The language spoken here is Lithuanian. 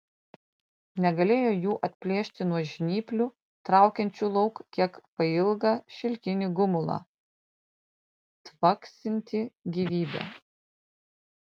negalėjo jų atplėšti nuo žnyplių traukiančių lauk kiek pailgą šilkinį gumulą tvaksintį gyvybe